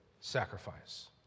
sacrifice